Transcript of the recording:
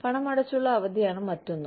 പണമടച്ചുള്ള അവധിയാണ് മറ്റൊന്ന്